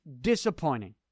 disappointing